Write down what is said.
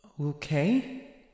Okay